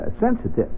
sensitive